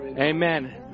Amen